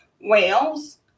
Wales